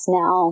now